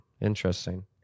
Interesting